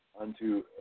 unto